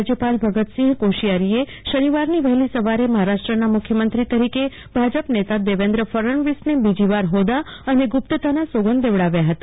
રાજયપાલ ભગતસિંહ કોશિયારીએ શનિવારની વહેલી સવારે મહારાષ્ટ્રના મુખ્યમંત્રી તરીકે ભાજપ નેતા દેવેન્દ્ર ફડણવીસને બીજીવાર હોદા અને ગુ પ્તતાના સોગંદ લેવડાવ્યા હતા